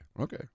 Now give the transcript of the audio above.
okay